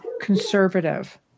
conservative